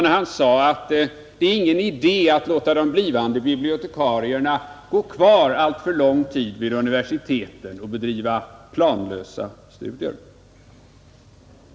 Han sade att det är ingen idé att låta de blivande bibliotekarierna gå kvar alltför lång tid vid universiteten och bedriva planlösa studier.